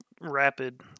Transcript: rapid